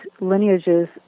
lineages